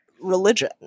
religion